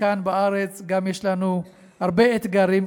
וכאן בארץ יש לנו הרבה אתגרים,